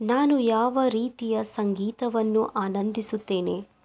ನಾನು ಯಾವ ರೀತಿಯ ಸಂಗೀತವನ್ನು ಆನಂದಿಸುತ್ತೇನೆ